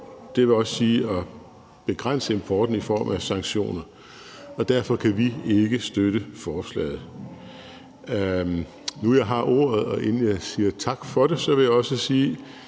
det vil også sige at begrænse importen i form af sanktioner, og derfor kan vi ikke støtte forslaget. Nu, jeg har ordet, og inden jeg siger tak for det, vil jeg også sige,